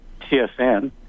TSN